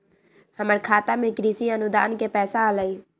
हमर खाता में कृषि अनुदान के पैसा अलई?